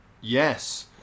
yes